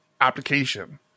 application